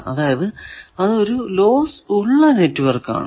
അതായത് അത് ഒരു ലോസ് ഉള്ള നെറ്റ്വർക്ക് ആണ്